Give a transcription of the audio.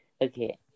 Okay